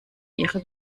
ihre